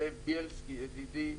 זאב ביילסקי ידידי,